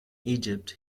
egypt